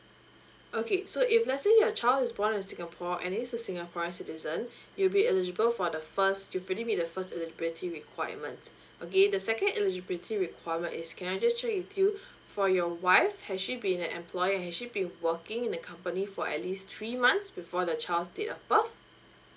okay so if let's say your child is born in singapore and is a singaporean citizen you'll be eligible for the first you've already meet the first eligibility requirement okay the second eligibility requirement is can I just check with you for your wife has she been an employee has she been working in a company for at least three months before the child's date of birth